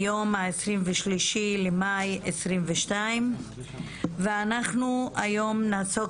היום ה-23 במאי 2022. אנחנו היום נעסוק